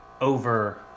over